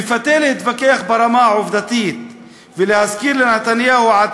מפתה להתווכח ברמה העובדתית ולהזכיר לנתניהו עד